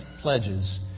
pledges